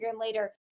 later